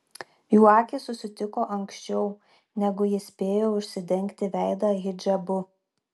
jų akys susitiko anksčiau negu ji spėjo užsidengti veidą hidžabu